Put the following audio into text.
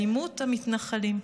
אלימות המתנחלים.